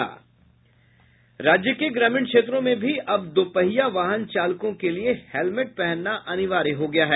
राज्य के ग्रामीण क्षेत्रों में भी अब दो पहिया वाहन चालकों के लिए हेलमेट पहनना अनिवार्य हो गया है